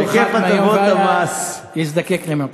כל חבר כנסת, מהיום והלאה, יזדקק למפה.